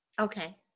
okay